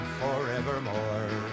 forevermore